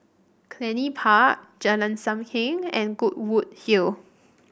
Cluny Park Jalan Sam Heng and Goodwood Hill